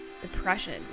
depression